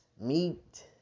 meat